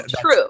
true